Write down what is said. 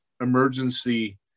emergency